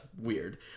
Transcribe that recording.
weird